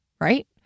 right